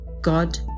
God